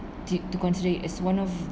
to to consider as one of